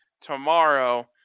tomorrow